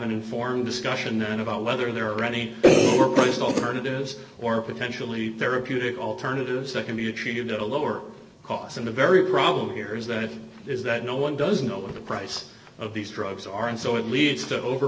an informed discussion about whether they're ready for price alternatives or potentially therapeutic alternatives that can be achieved at a lower cost and the very problem here is that is that no one does know what the price of these drugs are and so it leads to over